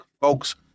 Folks